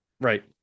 Right